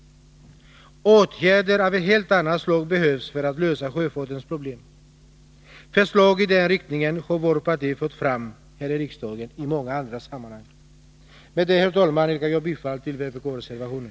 Åtgärder av ett helt annat slag behövs för att lösa sjöfartens problem. Förslag i den riktningen har vårt parti fört fram här i riksdagen i många andra sammanhang. Herr talman! Jag yrkar bifall till vpk-reservationen.